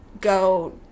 go